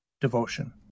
devotion